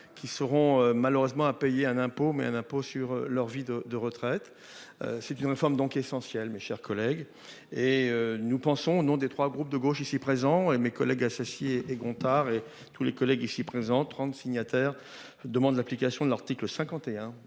qui seront malheureusement à payer un impôt mais un impôt sur leur vie de de retraite. C'est une forme donc essentiel. Mes chers collègues. Et nous pensons au nom des 3 groupes de gauche ici présents et mes collègues. Et Gontard et tous les collègues ici présents 30 signataires demandent l'application de l'article 51